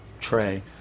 tray